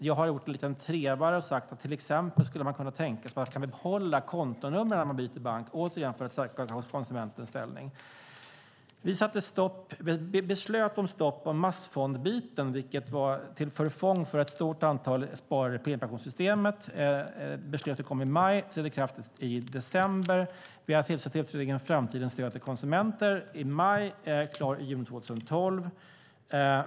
Jag har lagt ut en liten trevare och sagt att man till exempel skulle kunna tänka sig att få behålla kontonumren när man byter bank, återigen för att stärka konsumenternas ställning. Vi beslutade om stopp av massfondbyten, vilket var till förfång för ett stort antal sparare i premiepensionssystemet. Beslutet kom i maj och trädde i kraft i december. Vi har tillsatt en utredning om framtidens stöd till konsumenter. Den ska vara klar i juni 2012.